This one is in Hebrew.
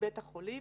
בית החולים